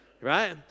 right